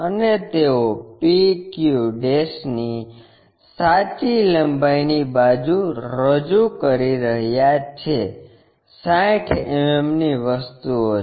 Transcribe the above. અને તેઓ p q ની સાચી લંબાઈની બાજુ રજૂ કરી રહ્યા છે જે 60 mm ની વસ્તુઓ છે